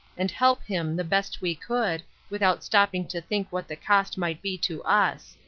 and help him the best we could without stopping to think what the cost might be to us.